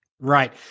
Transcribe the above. Right